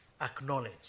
acknowledge